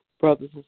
brothers